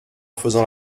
faisant